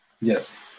Yes